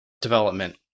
development